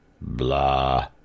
blah